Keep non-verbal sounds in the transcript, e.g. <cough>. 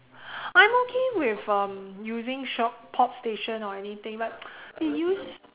I'm okay with um using shock pop station or anything but <noise> they use